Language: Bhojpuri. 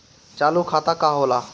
चालू खाता का होला?